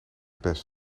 best